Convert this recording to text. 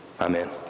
amen